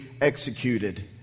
executed